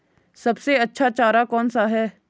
सबसे अच्छा चारा कौन सा है?